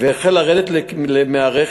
והחל לרדת מהרכב